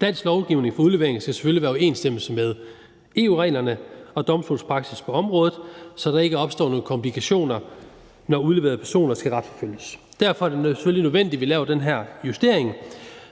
Dansk lovgivning om udlevering skal selvfølgelig være i overensstemmelse med EU-reglerne og domstolspraksis på området, så der ikke opstår nogle komplikationer, når udleverede personer skal retsforfølges. Derfor er det selvfølgelig nødvendigt, at vi laver den her justering,